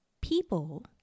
People